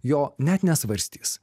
jo net nesvarstys